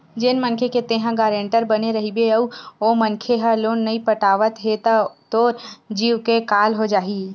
जेन मनखे के तेंहा गारेंटर बने रहिबे अउ ओ मनखे ह लोन नइ पटावत हे त तोर जींव के काल हो जाही